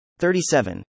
37